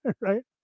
right